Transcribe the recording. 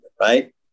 Right